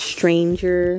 Stranger